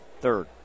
third